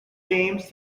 james